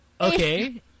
Okay